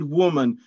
woman